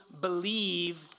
believe